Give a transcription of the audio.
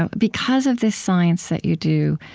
um because of this science that you do,